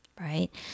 right